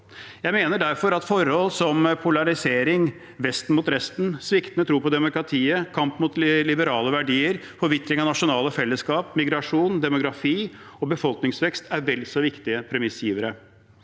Jeg mener derfor at forhold som polarisering, Vesten mot resten, sviktende tro på demokratiet, kamp mot liberale verdier, forvitring av nasjonale fellesskap, migrasjon, demografi og befolkningsvekst er vel så viktige premissgivere.